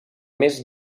més